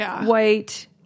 white